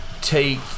take